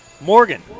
Morgan